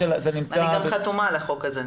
אני זוכרת שאני גם חתומה על החוק הזה.